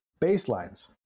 baselines